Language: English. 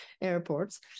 airports